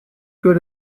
good